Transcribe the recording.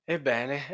Ebbene